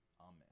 Amen